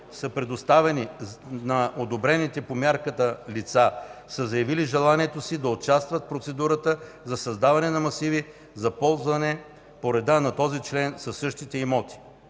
са предоставени на одобрените по мярката лица, са заявили желанието си да участват в процедурата за създаване на масиви за ползване по реда на този член със същите имоти.